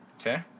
Okay